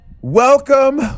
Welcome